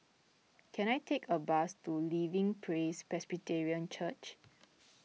can I take a bus to Living Praise Presbyterian Church